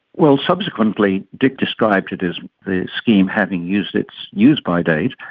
well, subsequently dick described it as the scheme having used its used-by date.